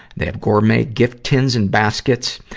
they have gourmet gift tins and baskets.